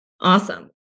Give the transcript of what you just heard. Awesome